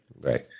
Right